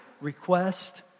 request